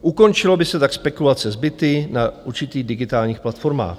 Ukončily by se tak spekulace s byty na určitých digitálních platformách.